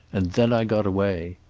and then i got away.